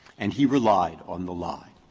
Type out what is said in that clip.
and he relied on the lie.